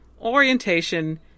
Orientation